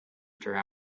after